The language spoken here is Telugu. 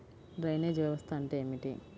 డ్రైనేజ్ వ్యవస్థ అంటే ఏమిటి?